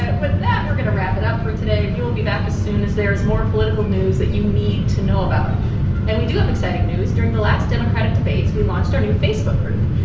with that, we're going to wrap it up for today. we will be back as soon as there is more political news that you need to know about and we do have exciting news. during the last democratic debates, we launched our new facebook group.